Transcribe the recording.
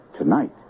Tonight